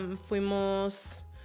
fuimos